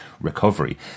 recovery